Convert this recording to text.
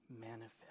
manifest